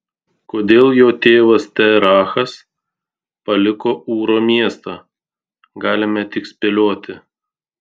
kodėl jo tėvas terachas paliko ūro miestą galime tik spėlioti